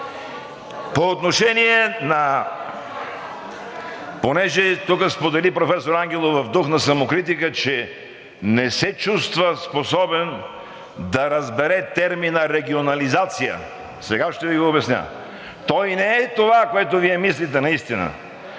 в него. Понеже тук професор Ангелов сподели в дух на самокритика, че не се чувства способен да разбере термина регионализация, сега ще Ви го обясня. Той не е това, което Вие мислите, наистина